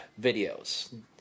videos